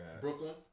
Brooklyn